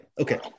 okay